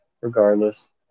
Regardless